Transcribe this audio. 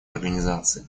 организации